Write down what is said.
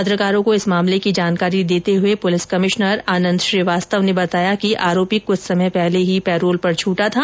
पत्रकारों को इस मामले की जानकारी देते हुए पुलिस कमिश्नर आनन्द श्रीवास्तव ने बताया कि आरोपी कुछ समय पहले ही पेरोल पर छूटा था